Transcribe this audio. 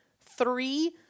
three